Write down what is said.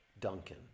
duncan